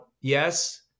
yes